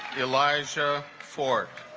elijah fork